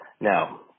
Now